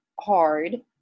hard